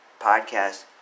podcast